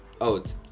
Out